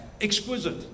exquisite